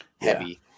heavy